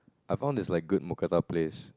I found this like good Mookata place